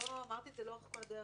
אמרתי את זה לאורך כל הדרך,